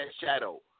shadow